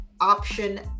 option